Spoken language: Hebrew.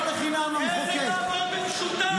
לא לחינם המחוקק --- איזה לעבוד במשותף?